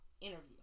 interview